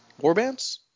warbands